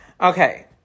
Okay